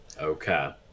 Okay